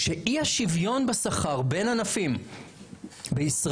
שאי השווין בשכר בין ענפים בישראל,